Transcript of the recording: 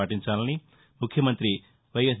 పాటించాలని ముఖ్యమంతి వైఎస్